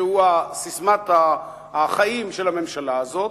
שהוא ססמת החיים של הממשלה הזו,